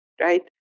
right